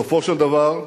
בסופו של דבר,